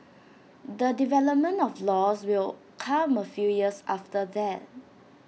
the development of laws will come A few years after that